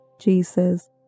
Jesus